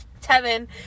Tevin